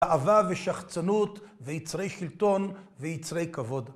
אהבה ושחצנות ויצרי שלטון ויצרי כבוד.